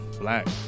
Black